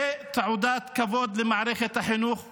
זו תעודת כבוד למערכת החינוך הערבית.